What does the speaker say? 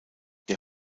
der